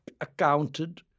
accounted